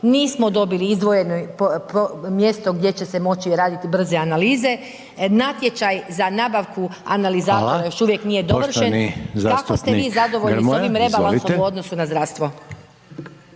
Nismo dobili izdvojene, mjesto gdje će se moći raditi brze analize, natječaj za nabavku analizatora još dovršen, kako ste vi zadovoljni s ovim